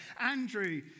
Andrew